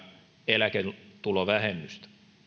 eläketulovähennystä